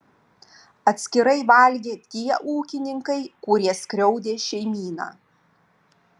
atskirai valgė tie ūkininkai kurie skriaudė šeimyną